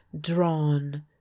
drawn